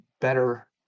better